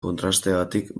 kontrasteagatik